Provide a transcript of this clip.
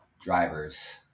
drivers